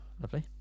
Lovely